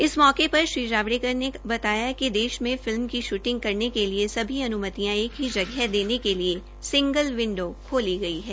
इस मौके पर श्री जावड़ेकर ने बताया कि देश में फिल्म की शूटिंग करने के लिए सभी अन्मतियां एक ही जगह देने के लिए सिंगल विंडो खोली गई है